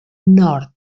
nord